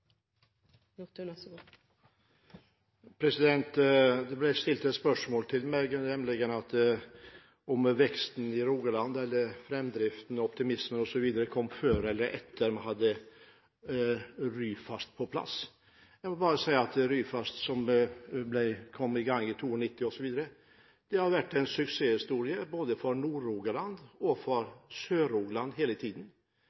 Det ble stilt et spørsmål til meg om veksten i Rogaland, om framdriften og optimismen kom før eller etter at vi hadde Ryfast på plass. Jeg må bare si at Ryfast, som kom i gang 1992, har vært en suksesshistorie for både Nord-Rogaland og Sør-Rogaland hele tiden. Det har vært en